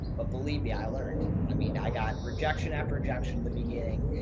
but believe me, i learned, i mean, i got rejection after rejection in the beginning.